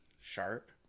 sharp